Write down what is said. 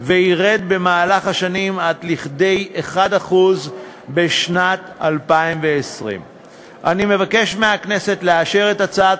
וירד במהלך השנים עד לכדי 1% בשנת 2020. אני מבקש מהכנסת לאשר את הצעת